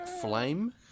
flame